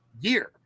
year